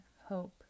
hope